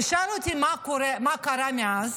תשאל אותי: מה קרה מאז,